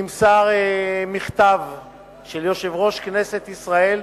נמסר מכתב של יושב-ראש כנסת ישראל,